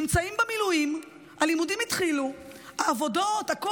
נמצאים במילואים, הלימודים התחילו, עבודות, הכול,